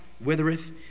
withereth